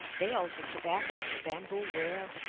bales of tobacco, bamboo ware,